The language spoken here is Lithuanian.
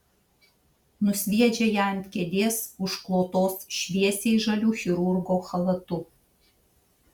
nusviedžia ją ant kėdės užklotos šviesiai žaliu chirurgo chalatu